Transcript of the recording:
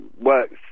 works